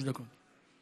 שלוש דקות.